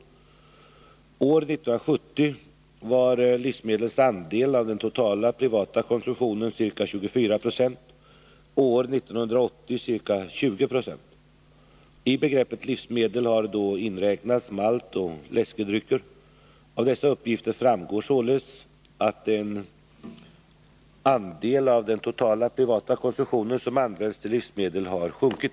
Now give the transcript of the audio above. År 1970 var livsmedlens andel av den totala privata konsumtionen ca 24 90 och år 1980 ca 20 96. I begreppet livsmedel har då inräknats maltoch läskedrycker. Av dessa uppgifter framgår således att den andel av den totala privata konsumtionen som används till livsmedel har sjunkit.